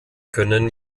können